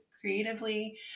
creatively